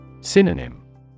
Synonym